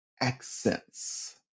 accents